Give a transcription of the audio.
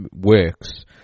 works